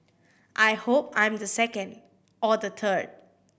I hope I'm the second or the third